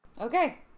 okay